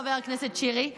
חבר הכנסת שירי?